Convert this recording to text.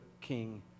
King